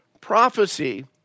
prophecy